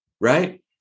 right